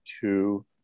two